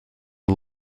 the